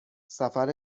سفر